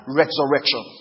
resurrection